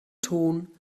ton